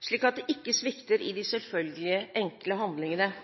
slik at det ikke svikter i de selvfølgelige, enkle handlingene –